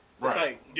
Right